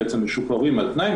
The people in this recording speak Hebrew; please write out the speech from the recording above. משוחררים על תנאי,